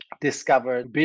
discovered